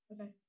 Okay